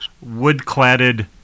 wood-cladded